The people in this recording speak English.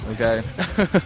Okay